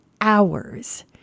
hours